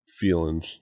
feelings